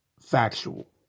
factual